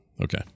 Okay